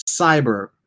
cyber